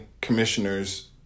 commissioners